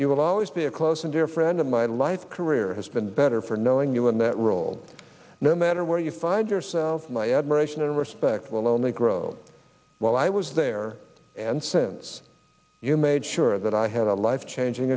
you will always be a close and dear friend of my life career has been better for knowing you and that rule no matter where you find yourself my admiration and respect will only grow while i was there and since you made sure that i had a life changing